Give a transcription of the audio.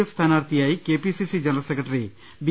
F സ്ഥാനാർത്ഥിയായി K P C C general secretary B